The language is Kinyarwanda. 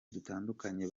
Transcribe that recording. dutandukanye